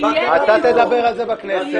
אתה תדבר על זה בכנסת,